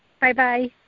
Bye-bye